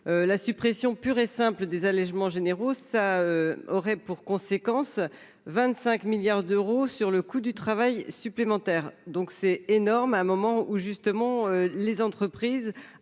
la suppression pure et simple des allégements généraux ça aurait pour conséquence, 25 milliards d'euros sur le coût du travail supplémentaire, donc c'est énorme à un moment où justement les entreprises